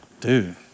dude